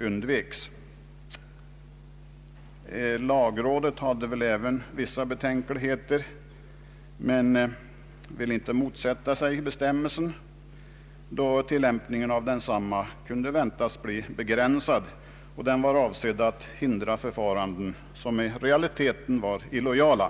undveks. Lagrådet anförde också vissa betänkligheter men ville inte motsätta sig bestämmelsen då tillämpningen av densamma kunde väntas bli begränsad och den var avsedd att hindra förfaranden som i realiteten var illojala.